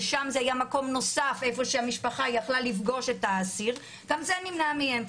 ושם זה היה מקום נוסף שהמשפחה יכלה לפגוש את האסיר גם זה נמנע מהם.